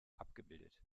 abgebildet